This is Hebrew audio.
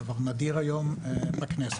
שזה נדיר כיום בכנסת.